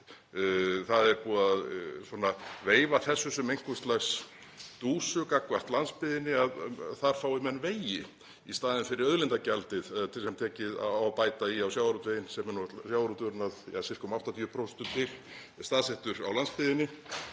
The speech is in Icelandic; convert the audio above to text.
Það er búið að veifa þessu sem einhvers lags dúsu gagnvart landsbyggðinni, að þar fái menn vegi í staðinn fyrir auðlindagjaldið sem á að bæta á sjávarútveginn. Nú er sjávarútvegurinn að sirka 80% til staðsettur á landsbyggðinni.